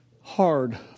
hard